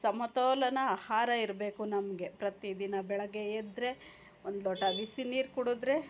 ಸಮತೋಲನ ಆಹಾರ ಇರಬೇಕು ನಮಗೆ ಪ್ರತಿದಿನ ಬೆಳಗ್ಗೆ ಎದ್ದರೆ ಒಂದು ಲೋಟ ಬಿಸಿ ನೀರು ಕುಡಿದರೆ